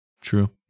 True